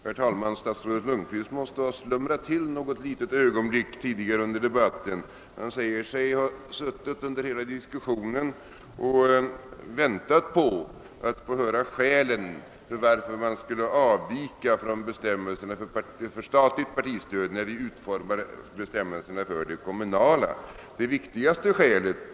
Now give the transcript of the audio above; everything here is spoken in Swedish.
Herr talman! Statsrådet Lundkvist måste ha slumrat till något litet ögonblick tidigare under debatten. Han säger sig under hela diskussionen ha suttit och väntat på att få höra skälen till att man vid utformningen av bestämmelserna för det kommunala partistödet skulle avvika från de bestämmelser som gäller för det statliga partistödet.